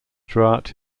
throughout